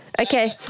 Okay